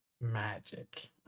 magic